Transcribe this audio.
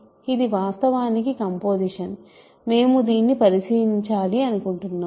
ఇది వాస్తవానికి కంపోసిషన్ మేము దీన్ని పరిశీలించాలి అనుకుంటున్నాము